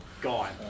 Gone